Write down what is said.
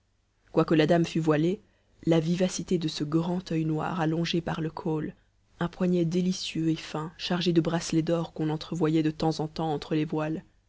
quoique la dame fût voilée la vivacité de ce grand oeil noir allongé par le k'hol un poignet délicieux et fin chargé de bracelets d'or qu'on entrevoyait de temps en temps entre les voiles